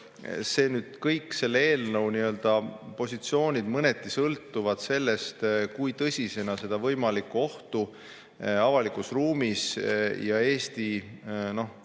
et kõik selle eelnõu nii-öelda positsioonid mõneti sõltuvad sellest, kui tõsisena seda võimalikku ohtu avalikule ruumile ja Eesti